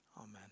Amen